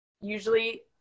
usually